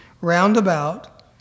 Roundabout